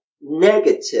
negative